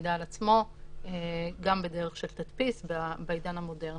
המידע על עצמו גם בדרך של תדפיס בעידן המודרני.